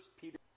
Peter